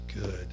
good